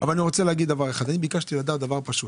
אבל ביקשתי לדעת דבר פשוט.